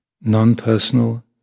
non-personal